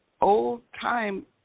old-time